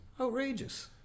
Outrageous